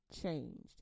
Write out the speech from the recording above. changed